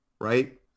Right